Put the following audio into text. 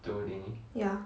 ya